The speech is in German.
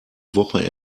woche